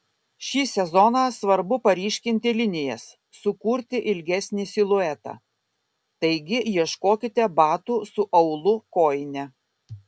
šį sezoną svarbu paryškinti linijas sukurti ilgesnį siluetą taigi ieškokite batų su aulu kojine